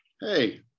hey